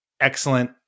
excellent